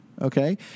Okay